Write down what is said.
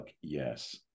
yes